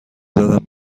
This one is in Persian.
زدن